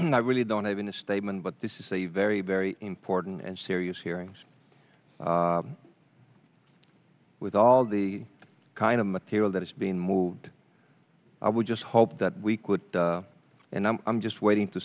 s i really don't have in a statement but this is a very very important and serious hearings with all the kind of material that is being moved i would just hope that we could and i'm just waiting to